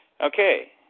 Okay